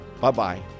Bye-bye